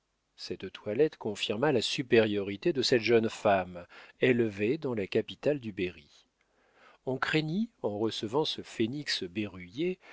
cette toilette confirma la supériorité de cette jeune femme élevée dans la capitale du berry on craignit en recevant ce phénix berruyer